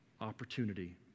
Opportunity